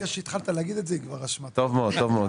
טוב מאוד,